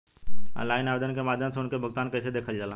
Online आवेदन के माध्यम से उनके भुगतान कैसे देखल जाला?